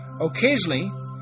Occasionally